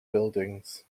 buildings